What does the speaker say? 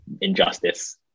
injustice